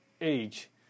age